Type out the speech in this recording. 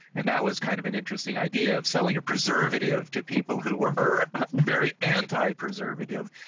and that was kind of an interesting idea of selling a preservative to people who were very anti-preservative,